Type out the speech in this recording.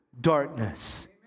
darkness